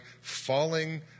falling